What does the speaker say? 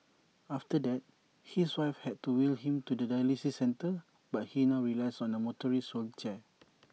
after that his wife had to wheel him to the dialysis centre but he now relies on A motorised wheelchair